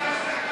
לא מותר לו.